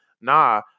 nah